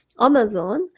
Amazon